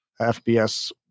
FBS